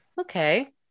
Okay